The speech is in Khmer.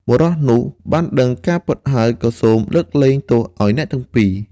បុរសនោះបានដឹងការពិតហើយក៏សូមលើកលែងទោសឱ្យអ្នកទាំងពីរ។